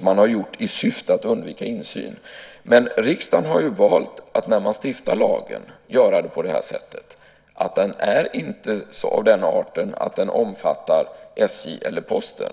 Man har gjort det i syfte att undvika insyn. Riksdagen har valt när man stiftat lagen att göra det på det sättet att den inte är av den arten att den omfattar SJ eller Posten.